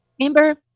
Amber